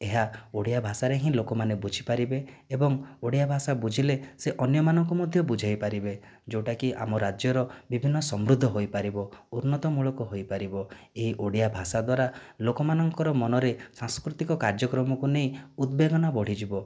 ଏହା ଓଡ଼ିଆ ଭାଷାରେ ହିଁ ଲୋକମାନେ ବୁଝିପାରିବେ ଏବଂ ଓଡ଼ିଆ ଭାଷା ବୁଝିଲେ ସେ ଅନ୍ୟମାନଙ୍କୁ ମଧ୍ୟ ବୁଝାଇ ପାରିବେ ଯେଉଁଟାକି ଆମ ରାଜ୍ୟର ବିଭିନ୍ନ ସମୃଦ୍ଧ ହୋଇପାରିବ ଉନ୍ନତମୂଳକ ହୋଇପାରିବ ଏହି ଓଡ଼ିଆ ଭାଷା ଦ୍ୱାରା ଲୋକମାନଙ୍କର ମନରେ ସାଂସ୍କୃତିକ କାର୍ଯ୍ୟକ୍ରମକୁ ନେଇ ଉଦବେଗନା ବଢ଼ିଯିବ